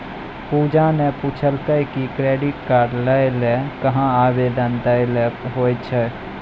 पूजा ने पूछलकै कि क्रेडिट कार्ड लै ल कहां आवेदन दै ल होय छै